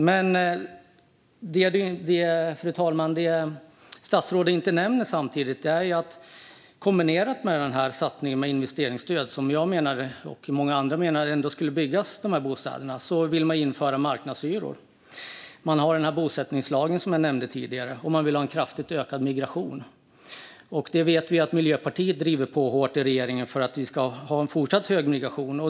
Men det statsrådet samtidigt inte nämner är att kombinerat med den här satsningen med investeringsstöd - och jag och många andra menar att de här bostäderna ändå skulle byggas - vill man införa marknadshyror. Man har bosättningslagen, som jag nämnde tidigare, och man vill ha en kraftigt ökad migration. Vi vet att Miljöpartiet driver på hårt i regeringen för att vi ska ha en fortsatt hög migration.